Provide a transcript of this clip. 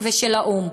ושל האו"ם.